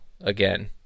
again